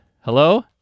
hello